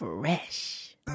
Fresh